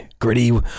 gritty